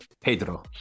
Pedro